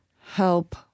help